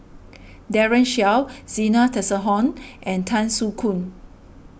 Daren Shiau Zena Tessensohn and Tan Soo Khoon